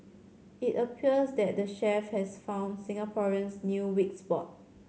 it appears that the chef has found Singaporeans'new weak spot